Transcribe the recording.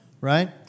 right